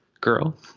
girl